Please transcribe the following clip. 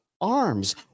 arms